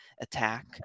attack